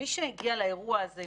מי הם האויבים שלנו,